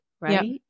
Right